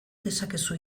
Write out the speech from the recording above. dezakezu